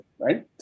right